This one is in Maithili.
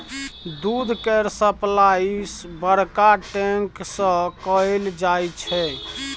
दूध केर सप्लाई बड़का टैंक सँ कएल जाई छै